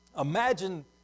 imagine